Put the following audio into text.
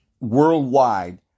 worldwide